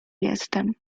jestem